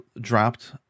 dropped